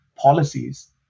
policies